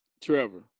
Trevor